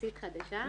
יחסית חדשה.